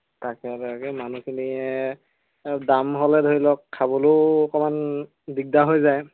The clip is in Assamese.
তাকে তাকে মানুহখিনিয়ে দাম হ'লে ধৰি লওক খাবলৈও অকণমান দিগদাৰ হৈ যায়